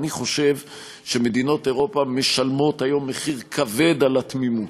אני חושב שמדינות אירופה משלמות היום מחיר כבד על התמימות.